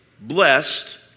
blessed